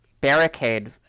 barricade